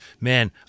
man